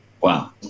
Wow